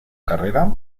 carrera